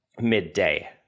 Midday